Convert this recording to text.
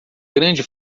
grande